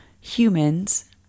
humans